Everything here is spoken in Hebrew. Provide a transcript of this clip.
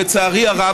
לצערי הרב,